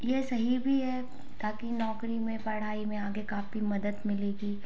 ये सही भी है ताकि नौकरी में पढ़ाई में आगे काफ़ी मदद मिलेगी